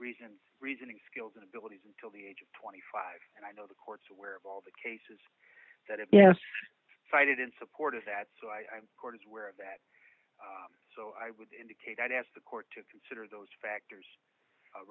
reasons reasoning skills and abilities until the age of twenty five and i know the court's aware of all the cases that have cited in support of that so i court is where of that so i would indicate i'd ask the court to consider those factors